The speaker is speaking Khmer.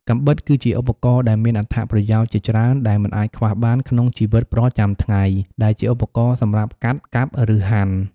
កាំបិត គឺជាឧបករណ៍ដែលមានអត្ថប្រយោជន៍ជាច្រើនដែលមិនអាចខ្វះបានក្នុងជីវិតប្រចាំថ្ងៃ ដែលជាឧបករណ៍សម្រាប់កាត់ កាប់ ឬហាន់។